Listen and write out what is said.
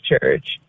Church